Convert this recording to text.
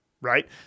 right